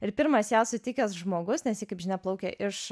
ir pirmas ją sutikęs žmogus nes ji kaip žinia plaukė iš